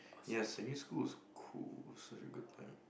ya secondary school is cool such a good time